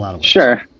Sure